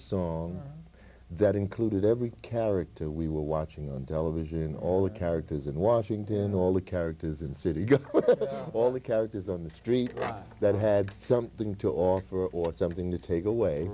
song that included every character we were watching on television all the characters in washington and all the characters in city all the characters on the street that had something to offer or something to take away